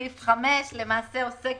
סעיף 5, עוסק